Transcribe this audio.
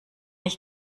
ich